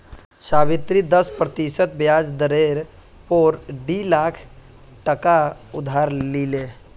सावित्री दस प्रतिशत ब्याज दरेर पोर डी लाख टका उधार लिले